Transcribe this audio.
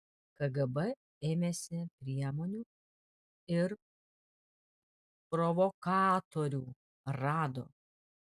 kgb ėmėsi priemonių ir provokatorių rado